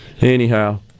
anyhow